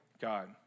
God